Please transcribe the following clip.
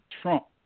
Trump